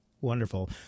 wonderful